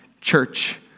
church